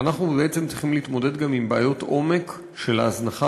אנחנו צריכים להתמודד גם עם בעיות עומק של ההזנחה